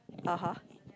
(uh huh)